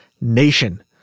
nation